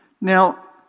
Now